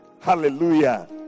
hallelujah